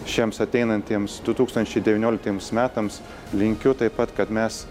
šiems ateinantiems du tūkstančiai devynioliktiems metams linkiu taip pat kad mes